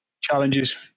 challenges